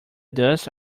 dust